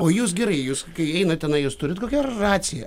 o jūs gerai jūs kai einat tenai jūs turit kokią raciją